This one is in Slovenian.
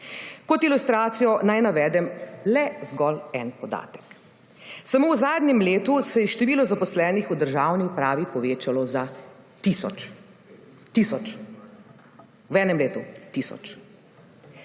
Kot ilustracijo naj navedem le zgolj eden podatek. Samo v zadnjem letu se je število zaposlenih v državni upravi povečalo za tisoč. Tisoč v enem letu. Tisoč.